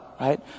right